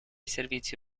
servizi